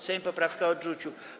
Sejm poprawkę odrzucił.